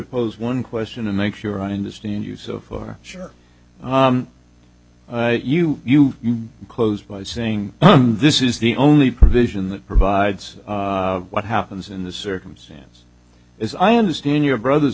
interpose one question and make sure i understand you so for sure you you you close by saying this is the only provision that provides what happens in the circumstance is i understand your brother